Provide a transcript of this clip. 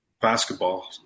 basketball